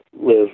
live